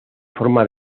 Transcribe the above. forma